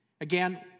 Again